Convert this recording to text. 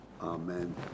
Amen